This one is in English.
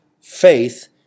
faith